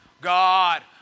God